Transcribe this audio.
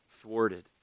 thwarted